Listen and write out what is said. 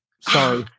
Sorry